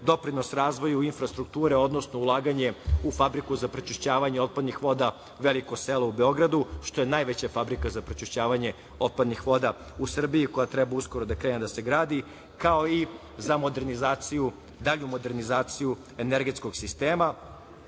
doprinos razvoju infrastrukture, odnosno ulaganje u fabriku za prečišćavanje otpadnih voda Veliko selo u Beogradu, što je najveća fabrika za prečišćavanje otpadnih voda u Srbiji koja treba uskoro da krene da se gradi, kao i za dalju modernizaciju energetskog sistema. Pred